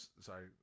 sorry